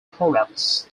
products